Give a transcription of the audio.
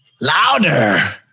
Louder